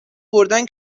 بردن